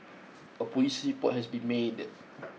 a police report has been made